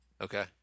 Okay